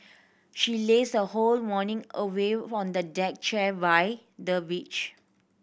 she lazed her whole morning away who on the deck chair by the beach